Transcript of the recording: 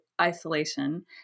isolation